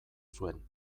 zuen